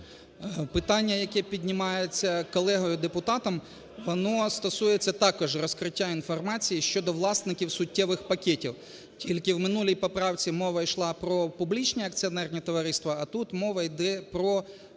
Питання, яке піднімається колегою депутатом, воно стосується також розкриття інформації щодо власників суттєвих пакетів. Тільки в минулій поправці мова йшла про публічні акціонерні товариства, а тут мова йде про приватні